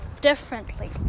differently